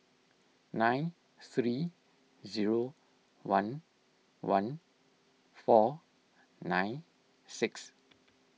nine three zero one one four nine six